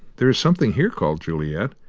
there is something here, called juliet.